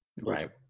Right